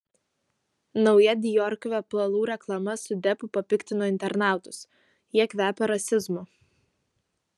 nauja dior kvepalų reklama su deppu papiktino internautus jie kvepia rasizmu